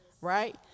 right